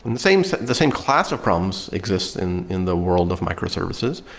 and the same sense the same class of problems exists in in the world of microservices,